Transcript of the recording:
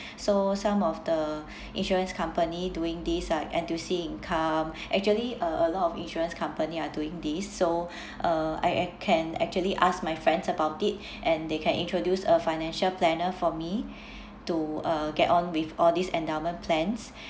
so some of the insurance company doing this ah N_T_U_C income actually uh a lot of insurance company are doing this so uh I I can actually ask my friends about it and they can introduce a financial planner for me to uh get on with all these endowment plans